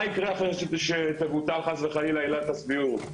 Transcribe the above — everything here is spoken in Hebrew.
מה יקרה אחרי שתבוטל חס וחלילה עילת הסבירות,